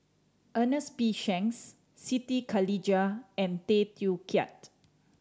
Ernest P Shanks Siti Khalijah and Tay Teow Kiat